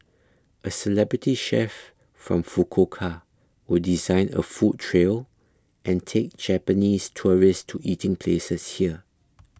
a celebrity chef from Fukuoka will design a food trail and take Japanese tourists to eating places here